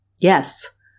Yes